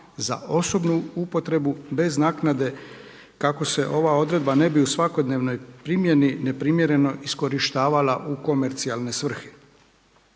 za osobnu upotrebu bez naknade kako se ova odredba ne bi u svakodnevnoj primjeni neprimjereno iskorištavala u komercijalne svrhe“.